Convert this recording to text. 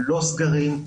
לא סגרים,